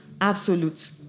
absolute